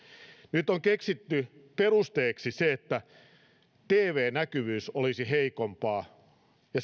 nyt on keksitty perusteeksi se että tv näkyvyys olisi heikompaa ja